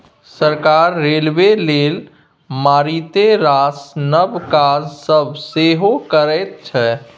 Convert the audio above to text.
सरकार रेलबे लेल मारिते रास नब काज सब सेहो करैत छै